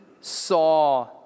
saw